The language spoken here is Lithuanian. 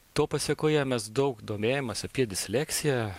to pasekoje mes daug domėjomės apie disleksiją